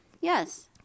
Yes